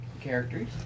Characters